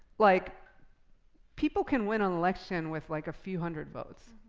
like people can win an election with like a few hundred votes.